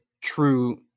true